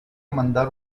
mandar